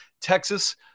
Texas